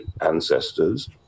ancestors